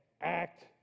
act